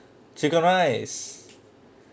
chicken rice